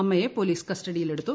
അമ്മയെ പോലീസ് കസ്റ്റഡിയിൽ എടുത്തു